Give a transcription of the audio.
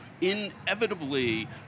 inevitably